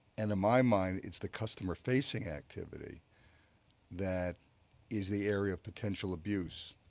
and my mind, it's the customer facing activity that is the area of potential abuse.